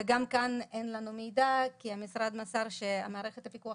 וגם כאן אין לנו מידע כי המשרד מסר שמערכת הפיקוח